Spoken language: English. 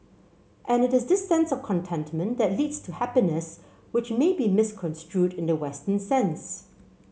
and it is this sense of contentment that leads to happiness which may be misconstrued in the western sense